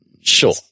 Sure